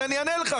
אני אענה לך,